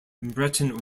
breton